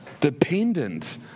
dependent